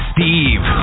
Steve